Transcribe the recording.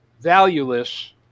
valueless